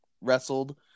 wrestled